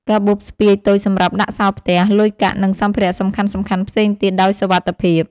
កាបូបស្ពាយតូចសម្រាប់ដាក់សោរផ្ទះ លុយកាក់ និងសម្ភារៈសំខាន់ៗផ្សេងទៀតដោយសុវត្ថិភាព។